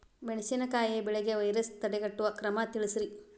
ಮೆಣಸಿನಕಾಯಿ ಬೆಳೆಗೆ ವೈರಸ್ ತಡೆಗಟ್ಟುವ ಕ್ರಮ ತಿಳಸ್ರಿ